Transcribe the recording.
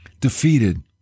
defeated